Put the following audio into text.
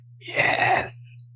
Yes